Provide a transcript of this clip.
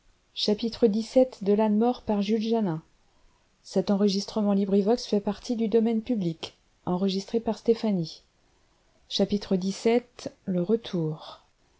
xvii le retour